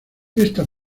ésta